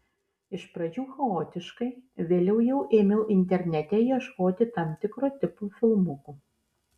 iš pradžių chaotiškai vėliau jau ėmiau internete ieškoti tam tikro tipo filmukų